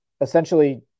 essentially